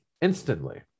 instantly